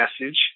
message